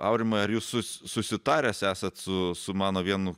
aurimai ar jūs su susitaręs esat su mano vienu